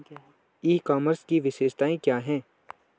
ई commerce की विशेषताएं क्या हैं?